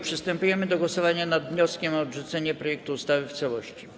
Przystępujemy do głosowania nad wnioskiem o odrzucenie projektu ustawy w całości.